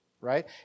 right